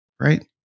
right